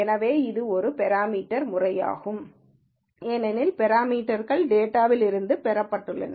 எனவே இது ஒரு பெராமீட்டர் முறை ஏனெனில் பெராமீட்டர்க்கள் டேட்டாலிருந்து பெறப்பட்டுள்ளன